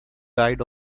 died